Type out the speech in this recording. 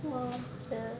!wah!